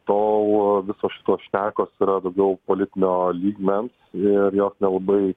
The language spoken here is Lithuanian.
tol visos šitos šnekos yra daugiau politinio lygmens ir jos nelabai